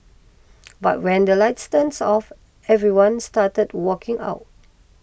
but when the lights turns off everyone started walking out